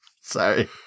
Sorry